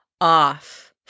off